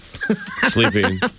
Sleeping